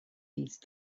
these